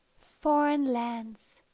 foreign lands